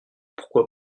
pourquoi